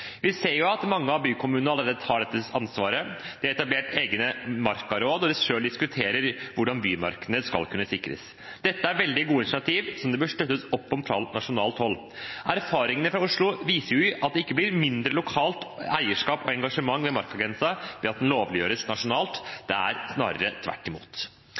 Vi ser at mange av bykommunene allerede tar dette ansvaret. De har etablert egne markaråd der de selv diskuterer hvordan bymarkene skal kunne sikres. Dette er veldig gode initiativer som det bør støttes opp om fra nasjonalt hold. Erfaringene fra Oslo viser at det ikke blir mindre lokalt eierskap og engasjement rundt markagrensen ved at den lovfestes nasjonalt, snarere tvert imot.